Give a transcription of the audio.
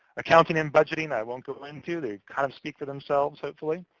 accounting and budgeting i won't go into, they kind of speak for themselves hopefully.